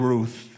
Ruth